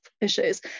issues